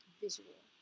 visual